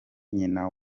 nyina